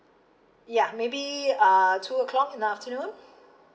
ya maybe uh two o'clock in the afternoon